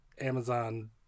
amazon